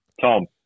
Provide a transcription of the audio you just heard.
Tom